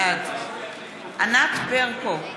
בעד ענת ברקו,